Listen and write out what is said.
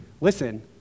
listen